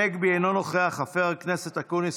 חבר הכנסת הנגבי,